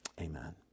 amen